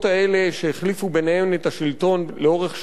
שהחליפו ביניהן את השלטון לאורך שנים רבות,